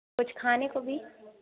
कुछ खाने को भी